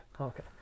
Okay